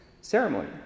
ceremony